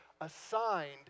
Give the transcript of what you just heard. assigned